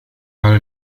على